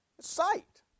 sight